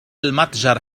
المتجر